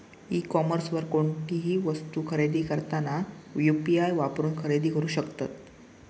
E कॉमर्सवर कोणतीही वस्तू खरेदी करताना यू.पी.आई वापरून खरेदी करू शकतत